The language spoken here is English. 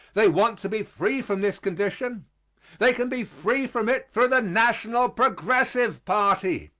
they want to be free from this condition they can be free from it through the national progressive party.